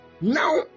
Now